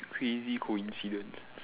crazy coincidence